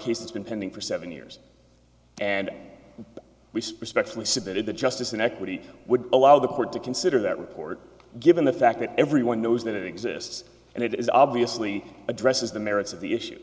case that's been pending for seven years and we specially submitted the justice and equity would allow the court to consider that report given the fact that everyone knows that it exists and it is obviously addresses the merits of the issue